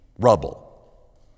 rubble